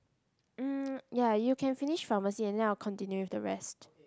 mm ya you can finish pharmacy and then I will continue with the rest